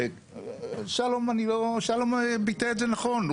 שלום ביטא את זה נכון,